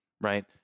right